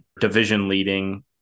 division-leading